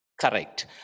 correct